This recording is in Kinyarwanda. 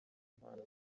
inkwano